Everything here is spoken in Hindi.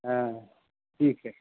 हाँ ठीक है